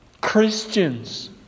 Christians